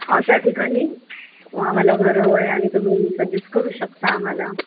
अशा ठिकाणी आम्हाला घर हवं आहे आणि तुम्ही सजेस्ट करू शकता आम्हाला